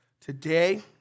today